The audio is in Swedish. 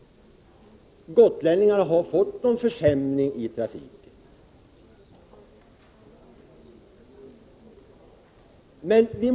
Gotlänningarna har inte fått någon försämring av trafiken.